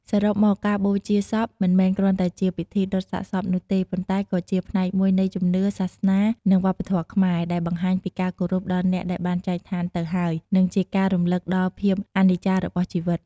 សរុបមក ការបូជាសពមិនមែនគ្រាន់តែជាពិធីដុតសាកសពនោះទេ ប៉ុន្តែក៏ជាផ្នែកមួយនៃជំនឿ សាសនា និងវប្បធម៌ខ្មែរ ដែលបង្ហាញពីការគោរពដល់អ្នកដែលបានចែកឋានទៅហើយ និងជាការរំលឹកដល់ភាពអនិច្ចារបស់ជីវិត។